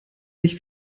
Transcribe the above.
sich